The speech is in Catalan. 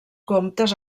comtes